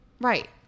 Right